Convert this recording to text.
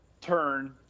turn